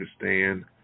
understand